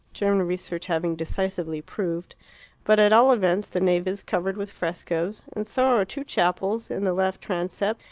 german research having decisively proved but at all events the nave is covered with frescoes, and so are two chapels in the left transept,